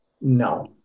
No